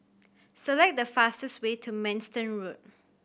select the fastest way to Manston Road